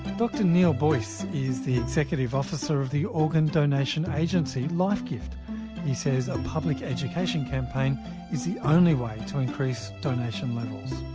dr neal boyce is the executive officer of the organ donation agency life gift and he says a public education campaign is the only way to increase donation levels.